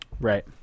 Right